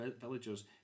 villagers